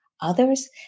others